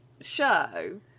show